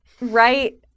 right